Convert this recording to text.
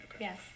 yes